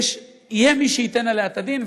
שיהיה מי שייתן עליה את הדין,